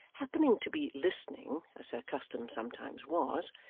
happening to be listening, as her custom sometimes was,